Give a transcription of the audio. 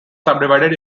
subdivided